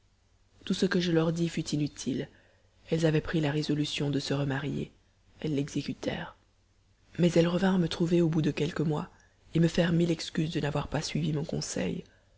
tout ce que je leur dis fut inutile elles avaient pris la résolution de se remarier elles l'exécutèrent mais elles revinrent me trouver au bout de quelques mois et me faire mille excuses de n'avoir pas suivi mon conseil